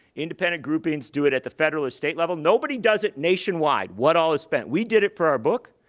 independent groupings do it at the federal or state level. nobody does it nationwide what all is spent. we did it for our book.